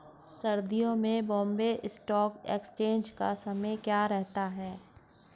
सर्दियों में Bombay stock exchange का समय क्या रहता है?